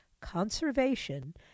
conservation